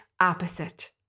opposite